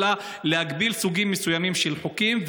אלא להגביל סוגים מסוימים של חוקים,